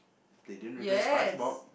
they didn't replace SpongeBob